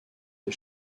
des